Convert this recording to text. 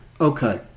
Okay